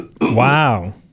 Wow